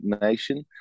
Nation